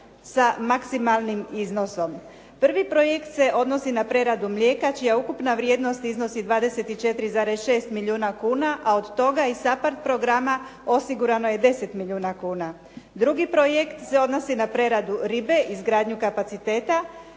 sa maksimalnim iznosom. Prvi projekt se odnosi na preradu mlijeka čija ukupna vrijednost iznosi 24,6 milijuna kuna, a od toga iz SAPARD programa osigurano je 10 milijuna kuna. Drugi projekt se odnosi na preradu ribe, izgradnju kapaciteta